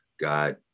God